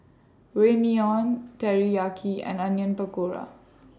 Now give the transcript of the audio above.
Ramyeon Teriyaki and Onion Pakora